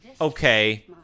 okay